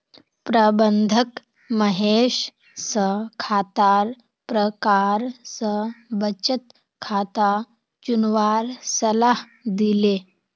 प्रबंधक महेश स खातार प्रकार स बचत खाता चुनवार सलाह दिले